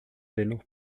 dennoch